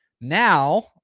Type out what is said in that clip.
Now